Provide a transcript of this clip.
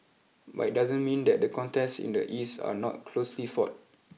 but it doesn't mean that the contests in the East are not closely fought